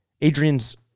Adrian's